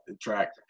track